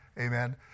Amen